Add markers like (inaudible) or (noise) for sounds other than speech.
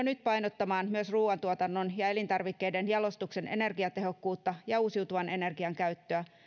(unintelligible) nyt painottamaan myös ruuantuotannon ja elintarvikkeiden jalostuksen energiatehokkuutta ja uusiutuvan energian käyttöä